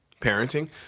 parenting